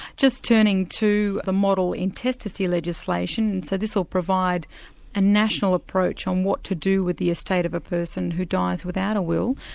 just turning to the model intestacy legislation, so this will provide a national approach on what to do with the estate of a person who dies without a will.